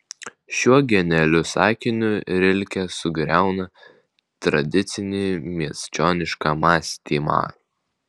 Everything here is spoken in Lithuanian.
šiuo genialiu sakiniu rilke sugriauna tradicinį miesčionišką mąstymą